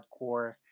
hardcore